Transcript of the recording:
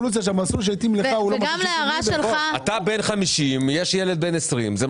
אתה בן חמישים ויש בחור בן עשרים.